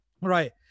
Right